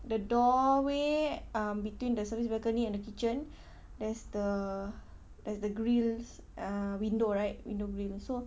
the doorway um between the service balcony and the kitchen there's the there's the grills uh window right window grills so